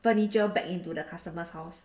furniture back into the customer's house